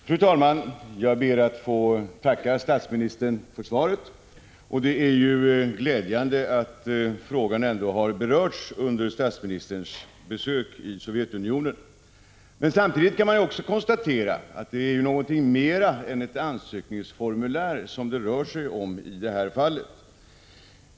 Fru talman! Jag ber att få tacka statsministern för svaret. Det är glädjande att frågan har berörts under statsministerns besök i Sovjetunionen. Samtidigt kan man konstatera att det är någonting mera än ett ansökningsformulär som det rör sig om i detta fall.